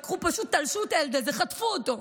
לקחו, פשוט תלשו את הילד הזה, חטפו אותו.